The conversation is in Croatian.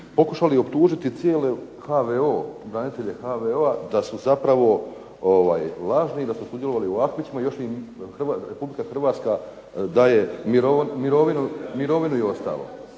pokušali optužiti cijele HVO, branitelje HVO-a da su zapravo lažni i da su sudjelovali u …/Govornik se ne razumije./… i još im Republika Hrvatska daje mirovinu i ostalo.